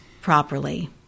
properly